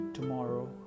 Tomorrow